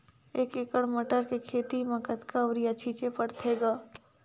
एक एकड़ मटर के खेती म कतका युरिया छीचे पढ़थे ग?